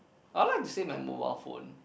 I might to say my mobile phone